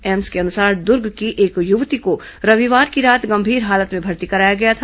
AIIMS के अनुसार दुर्ग की एक युवती को रविवार की रात गंभीर हालत में भर्ती कराया गया था